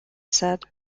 said